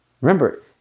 Remember